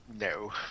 No